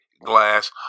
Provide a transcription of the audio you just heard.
Glass